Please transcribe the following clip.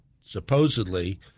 supposedly